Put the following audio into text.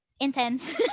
Intense